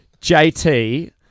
JT